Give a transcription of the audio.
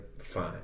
fine